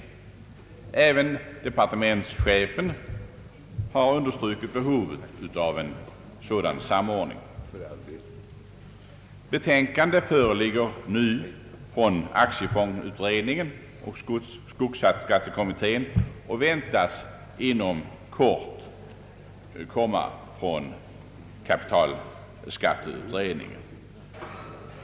Även departementschefen har understrukit behovet av en sådan samordning. Betänkanden föreligger nu från aktiefondsutredningen och skogsskattekommittén, och betänkande väntas inom kort också från kapitalskatteutredningen.